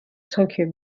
tokyo